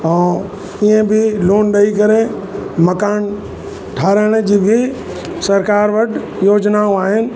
ऐं इहे बि लोन ॾेई करे मकान ठाहिराइण जी बि सरकारि वटि योजनाऊं आहिनि